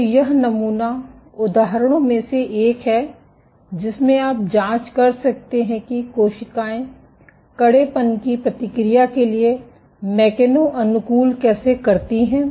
तो यह नमूना उदाहरणों में से एक है जिसमें आप जांच कर सकते हैं कि कोशिकाएं कड़ेपन की प्रतिक्रिया के लिए मैकेनो अनुकूलन कैसे करती हैं